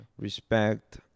respect